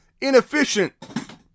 inefficient